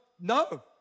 no